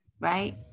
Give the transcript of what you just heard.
right